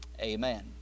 amen